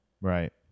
Right